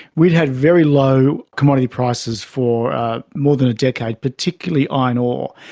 we'd had very low commodity prices for more than a decade, particularly iron ore.